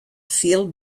feel